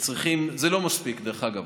זה לא מספיק, דרך אגב.